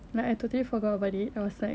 like I totally forgot about it I was like